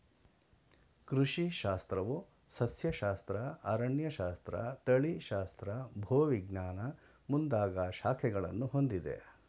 ಕೃಷಿ ಶಾಸ್ತ್ರವು ಸಸ್ಯಶಾಸ್ತ್ರ, ಅರಣ್ಯಶಾಸ್ತ್ರ, ತಳಿಶಾಸ್ತ್ರ, ಭೂವಿಜ್ಞಾನ ಮುಂದಾಗ ಶಾಖೆಗಳನ್ನು ಹೊಂದಿದೆ